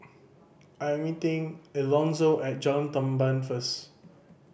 I'm meeting Elonzo at Jalan Tamban first